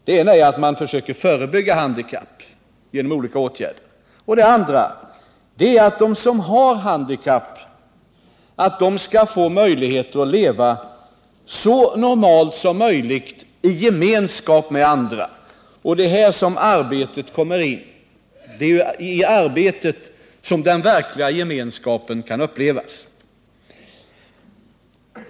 Den ena är att försöka förebygga handikapp genom olika åtgärder. Den andra är att de som har handikapp skall få möjlighet att leva så normalt som möjligt i gemenskap med andra. Det är här arbetet kommer in. Det är i arbetet den verkliga gemenskapen kan upplevas.